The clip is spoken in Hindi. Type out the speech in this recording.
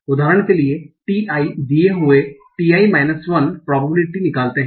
उदाहरण के लिए ti दिये हुए ti 1 प्रोबेबिलिटी निकालते हैं